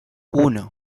uno